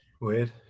Weird